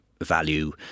value